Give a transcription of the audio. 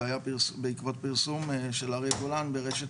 זה היה בעקבות פרסום של אריה גולן ברשת